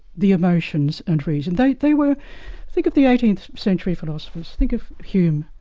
the emotions and reason. they they were think of the eighteenth century philosophers, think of hume,